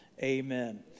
Amen